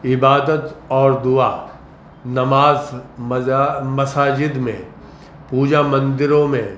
عبادت اور دعا نماز مزا مساجد میں پوجا مندروں میں